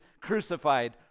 crucified